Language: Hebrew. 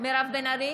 מירב בן ארי,